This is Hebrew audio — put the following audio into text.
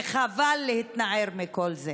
וחבל להתנער מכל זה.